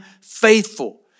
faithful